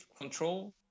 control